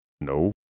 No